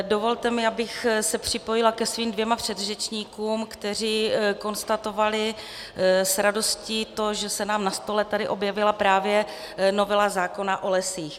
Dovolte mi, abych se připojila ke svým dvěma předřečníkům, kteří konstatovali s radostí to, že se nám na stole tady objevila právě novela zákona o lesích.